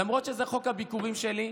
למרות שזה חוק הביכורים שלי,